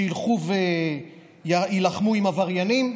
שילכו ויילחמו עם עבריינים?